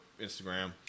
Instagram